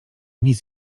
nic